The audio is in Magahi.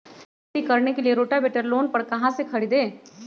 खेती करने के लिए रोटावेटर लोन पर कहाँ से खरीदे?